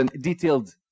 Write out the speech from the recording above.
detailed